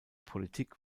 politik